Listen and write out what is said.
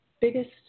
biggest